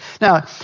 Now